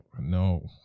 No